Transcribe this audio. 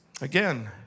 Again